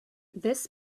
this